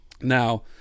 now